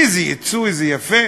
איזה יצוא, איזה יפה,